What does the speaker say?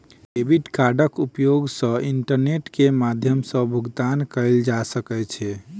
debit कार्डक उपयोग सॅ इंटरनेट के माध्यम सॅ भुगतान कयल जा सकै छै